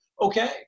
okay